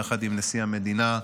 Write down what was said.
יחד עם נשיא המדינה,